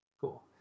Cool